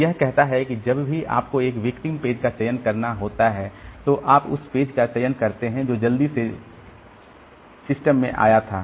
तो यह कहता है कि जब भी आपको एक विक्टिम पेज का चयन करना होता है तो आप उस पेज का चयन करते हैं जो जल्द से जल्द सिस्टम में आया था